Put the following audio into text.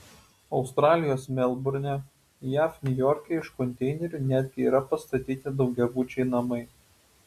australijos melburne jav niujorke iš konteinerių netgi yra pastatyti daugiabučiai namai